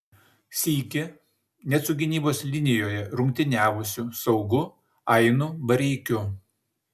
sykį net su gynybos linijoje rungtyniavusiu saugu ainu bareikiu